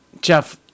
Jeff